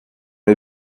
les